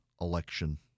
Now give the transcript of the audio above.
election